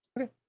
Okay